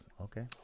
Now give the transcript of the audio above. Okay